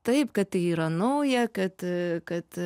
taip kad tai yra nauja kad kad